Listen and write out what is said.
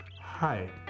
Hi